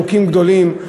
חוקים גדולים,